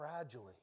gradually